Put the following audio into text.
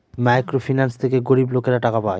micro finance থেকে গরিব লোকেরা টাকা পায়